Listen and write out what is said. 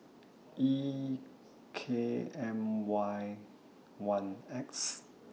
E K M Y one X